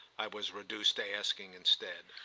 i was reduced asking instead.